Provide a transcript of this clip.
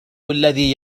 الذي